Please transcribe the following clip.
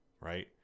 Right